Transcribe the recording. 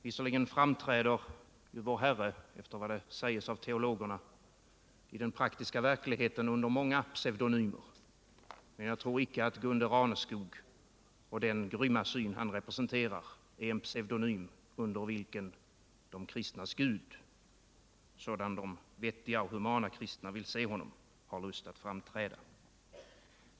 Visserligen framträder ju vår Herre, efter vad det sägs av teologerna, i den praktiska verkligheten under många pseudonymer, men jag tror icke att Gunde Raneskog och den grymma syn han representerar är en pseudonym, under vilken de kristnas Gud, sådan de vettiga och humana kristna vill se honom, har lust att framträda.